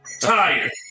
Tired